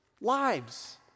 lives